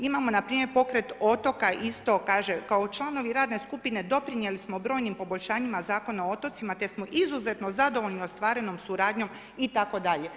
Imamo npr. pokret otoka, isto kaže kao članovi radne skupine doprinijeli smo brojnim poboljšanjima Zakona o otocima te smo izuzetno zadovoljni ostvarenom suradnjom itd.